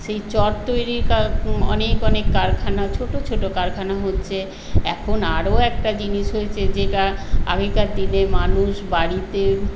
সেই চট তৈরির অনেক অনেক কারখানা ছোট ছোট কারখানা হচ্ছে এখন আরো একটা জিনিস হয়েছে যেটা আগেকার দিনে মানুষ বাড়িতে